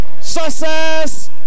success